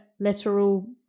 literal